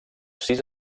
sis